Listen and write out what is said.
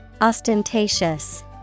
Ostentatious